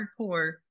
hardcore